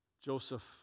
Joseph